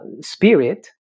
spirit